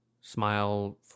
smile